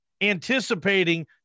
anticipating